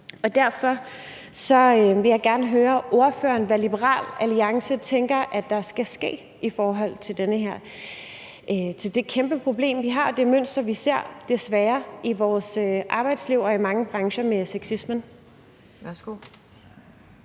Derfor vil jeg gerne høre ordføreren, hvad Liberal Alliance tænker at der skal ske i forhold til det her kæmpeproblem, som vi har, og det mønster, vi desværre ser i vores arbejdsliv og i mange brancher, i